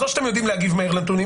אז או שאתם יודעים להגיב מהר לנתונים